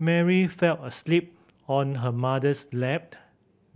Mary fell asleep on her mother's lap